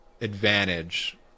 advantage